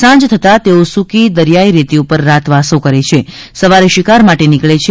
સાંજ થતાં તેઓ સુકી દરિયાઇ રેતી પર રાતવાસો કરે છે અને સવારે શિકાર માટે નિકળે છે